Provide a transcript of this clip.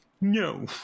no